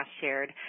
shared